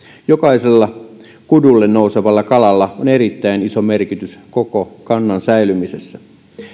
jokaisella kudulle nousevalla kalalla on erittäin iso merkitys koko kannan säilymisessä